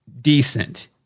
decent